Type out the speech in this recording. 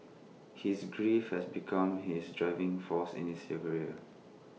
his grief has become his driving force in his career